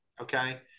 okay